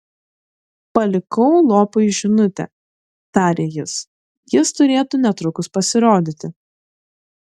palikau lopui žinutę tarė jis jis turėtų netrukus pasirodyti